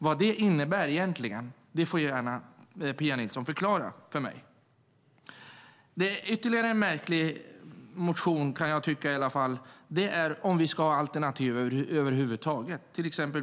Vad detta innebär får Pia Nilsson gärna förklara för mig. Ännu en märklig motion handlar om huruvida vi ska ha alternativ över huvud taget.